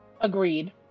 agreed